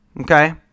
okay